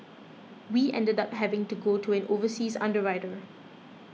we ended up having to go to an overseas underwriter